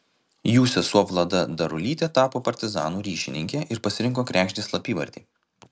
jų sesuo vlada darulytė tapo partizanų ryšininkė ir pasirinko kregždės slapyvardį